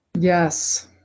Yes